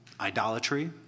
idolatry